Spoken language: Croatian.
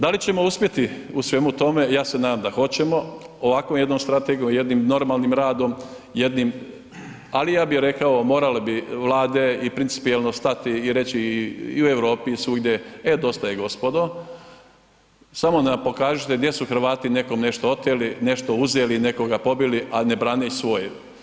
Da li ćemo uspjeti u svemu tome, ja se nadam da hoćemo, ovako jednom strategijom, jednim normalnim radom, jednim ali ja bi rekao, morale bi Vlade i principijelno stati i reći i Europi svugdje e dosta je gospodo, samo nam pokažite gdje su Hrvati nekom nešto oteli, nešto uzeli, nekoga pobili a ne brane svoje.